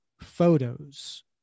photos